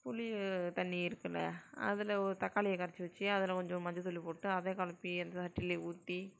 புளி தண்ணி இருக்குதுல அதில் ஒரு தக்காளியை கரைச்சி வெச்சி அதில் கொஞ்சம் மஞ்சத்தூள் போட்டு அதை குளப்பி அந்த தட்டுலேயே ஊற்றி